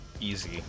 Easy